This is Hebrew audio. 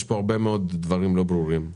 יש פה הרבה מאוד דברים לא ברורים.